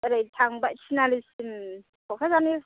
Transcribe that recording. ओरै थांबाय थिनआलिसिम क'क्राझारनि